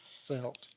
felt